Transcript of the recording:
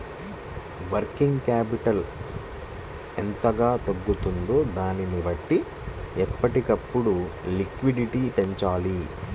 working capital ఎంతగా తగ్గుతుందో దానిని బట్టి ఎప్పటికప్పుడు లిక్విడిటీ పెంచాలి